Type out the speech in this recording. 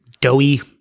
doughy